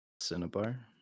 Cinnabar